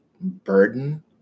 burden